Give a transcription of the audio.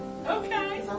Okay